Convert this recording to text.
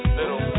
little